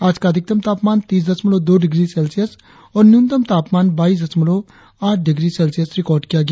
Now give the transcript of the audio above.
आज का अधिकतम तापमान तीस दशमलव दो डिग्री सेल्सियस और न्यूनतम तापमान बाईस दशमलव आठ डिग्री सेल्सियस रिकार्ड किया गया